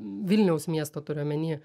vilniaus miesto turiu omeny